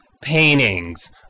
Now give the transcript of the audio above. paintings